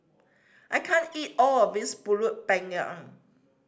I can't eat all of this Pulut Panggang